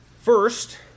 First